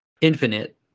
infinite